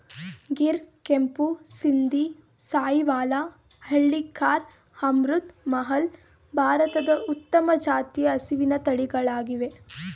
ಗಿರ್, ಕೆಂಪು ಸಿಂಧಿ, ಸಾಹಿವಾಲ, ಹಳ್ಳಿಕಾರ್, ಅಮೃತ್ ಮಹಲ್, ಭಾರತದ ಉತ್ತಮ ಜಾತಿಯ ಹಸಿವಿನ ತಳಿಗಳಾಗಿವೆ